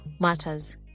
matters